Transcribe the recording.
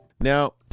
now